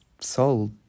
sold